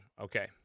okay